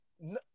No